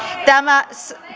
tämä